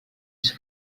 més